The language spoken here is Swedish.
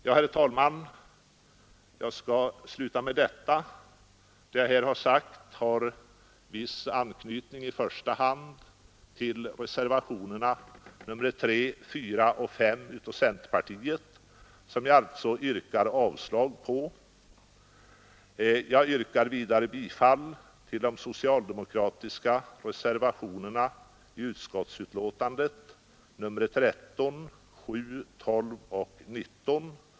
Herr talman, jag skall sluta med att anföra att det jag här sagt har en viss anknytning till i första hand centerreservationerna 3, 4 och 5 vid inrikesutskottets betänkande nr 28 — vilka jag yrkar avslag på. Jag yrkar bifall till de socialdemokratiska reservationerna 7, 12, 13 och 19 i utskottsbetänkandet.